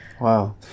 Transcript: Wow